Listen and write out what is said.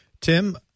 Tim